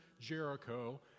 Jericho